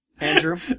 Andrew